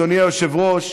אדוני היושב-ראש,